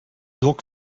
donc